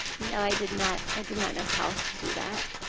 no, i did not. i did not know how to do that.